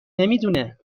نمیدونه